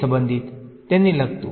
ને સંબંધિત તેને લગતું